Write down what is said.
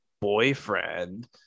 boyfriend